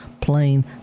plain